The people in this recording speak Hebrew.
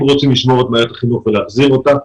אם רוצים לשמור את מערכת החינוך ולהחזיר אותה,